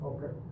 Okay